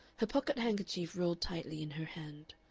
her pocket-handkerchief rolled tightly in her hand.